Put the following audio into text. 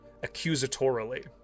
accusatorily